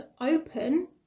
open